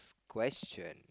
question